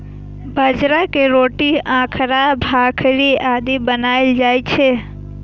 बाजरा के रोटी, खाखरा, भाकरी आदि बनाएल जाइ छै